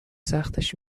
سختش